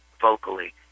vocally